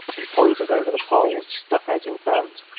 and pointed over the pole which stuck out in front.